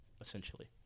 Essentially